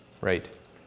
Right